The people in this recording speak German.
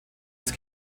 ist